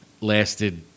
Lasted